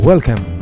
Welcome